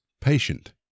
patient